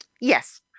Yes